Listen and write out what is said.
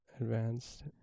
Advanced